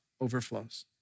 overflows